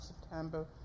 September